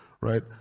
Right